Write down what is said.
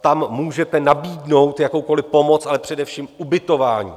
tam můžete nabídnout jakoukoliv pomoc, ale především ubytování.